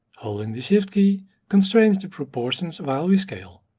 holding the shift key constrains the proportions while we scale.